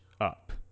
up